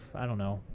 i don't know,